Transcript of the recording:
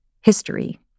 history